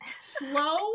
slow